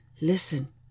Listen